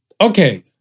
Okay